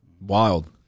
Wild